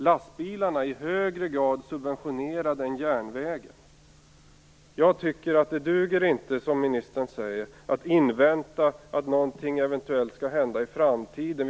Lastbilarna är subventionerade i högre grad än järnvägen. Det duger inte att som ministern säger invänta att någonting eventuellt skall hända i framtiden.